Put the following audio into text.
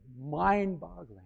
mind-boggling